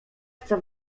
chce